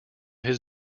his